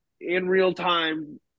in-real-time